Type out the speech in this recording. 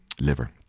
liver